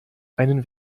einen